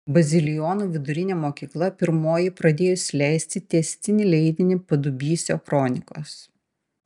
bazilionų vidurinė mokykla pirmoji pradėjusi leisti tęstinį leidinį padubysio kronikos